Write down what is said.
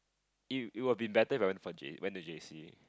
it it would be better if I went to J_C